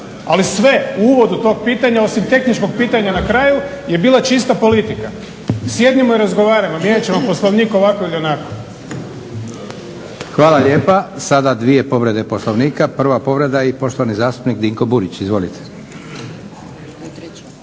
ali sve u uvodu tog pitanja osim tehničkog pitanja na kraju je bila čista politika. Sjednimo i razgovarajmo, mijenjat ćemo Poslovnik ovako ili onako.